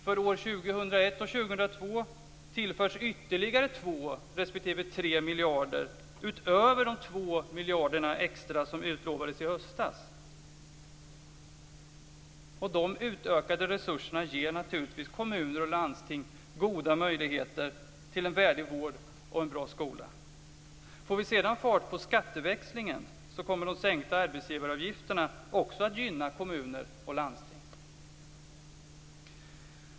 För år 2001 och år 2002 tillförs ytterligare 2 respektive 3 miljarder utöver de 2 miljarderna extra som utlovades i höstas. De utökade resurserna ger naturligtvis kommuner och landsting goda möjligheter till en värdig vård och en bra skola. Får vi sedan fart på skatteväxlingen kommer de sänkta arbetsgivaravgifterna också att gynna kommuner och landsting.